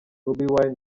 bobi